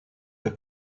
her